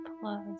plus